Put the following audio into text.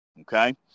Okay